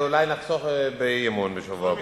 ואולי נחסוך באי-אמון בשבוע הבא.